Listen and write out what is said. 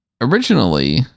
originally